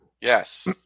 Yes